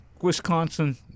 Wisconsin